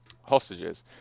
Hostages